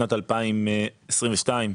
שבשנת 2022,